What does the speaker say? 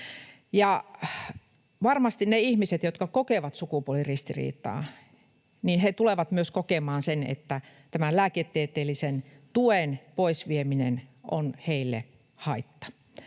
Varmasti ne ihmiset, jotka kokevat sukupuoliristiriitaa, tulevat myös kokemaan sen, että tämän lääketieteellisen tuen poisvieminen on heille haitta.